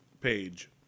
page